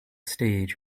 stage